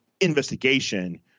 investigation